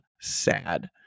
sad